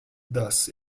thus